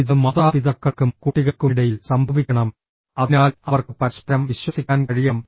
ഇത് മാതാപിതാക്കൾക്കും കുട്ടികൾക്കുമിടയിൽ സംഭവിക്കണം അതിനാൽ അവർക്ക് പരസ്പരം വിശ്വസിക്കാൻ കഴിയണം